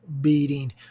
beating